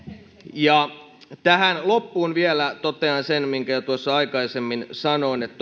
tähän loppuun vielä totean sen minkä tuossa aikaisemmin sanoin että